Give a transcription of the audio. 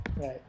Right